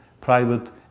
private